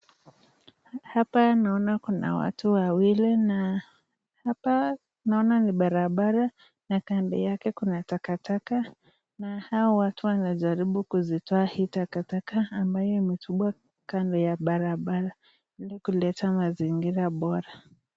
Hapa naona kuna watu wawili na hapa naona ni barabara na kando yake kuna takataka na hao watu wanajaribu kuzitoa hii takataka ambaye imetupwa kando ya barabara ili kuleta mazingira bora.